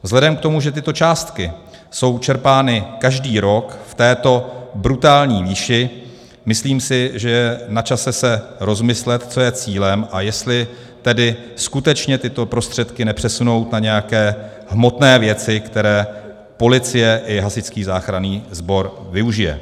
Vzhledem k tomu, že tyto částky jsou čerpány každý rok v této brutální výši, myslím si, že je načase se rozmyslet, co je cílem, a jestli tedy skutečně tyto prostředky nepřesunout na nějaké hmotné věci, které policie i hasičský záchranný sbor využijí.